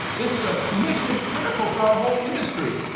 this is a mission critical for our whole industry.